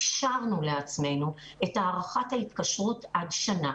אפשרנו לעצמנו את הארכת ההתקשרות עד שנה.